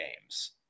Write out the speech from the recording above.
games